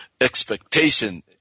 expectation